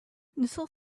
little